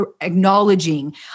acknowledging